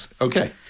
Okay